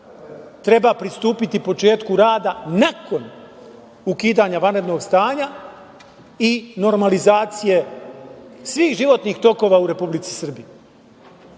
treba pristupiti početku rada nakon ukidanja vanrednog stanja i normalizacije svih životnih tokova u Republici